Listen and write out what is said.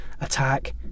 attack